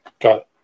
Got